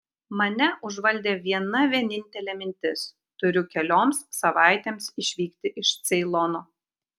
mane užvaldė viena vienintelė mintis turiu kelioms savaitėms išvykti iš ceilono